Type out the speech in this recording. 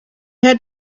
had